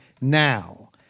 now